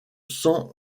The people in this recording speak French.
san